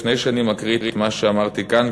לפני שאני מקריא את מה שאמרתי כאן,